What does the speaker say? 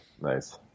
Nice